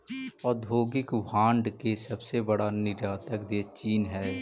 औद्योगिक भांड के सबसे बड़ा निर्यातक देश चीन हई